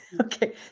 Okay